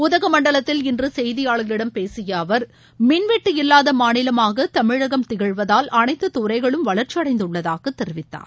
உதகமண்டலத்தில் இன்று செய்தியாளர்களிடம் பேசிய அவர் மின்வெட்டு இல்லாத மாநிலமாக தமிழகம் திகழ்வதால் அனைத்து துறைகளும் வளர்ச்சியடைந்துள்ளதாக தெரிவித்தார்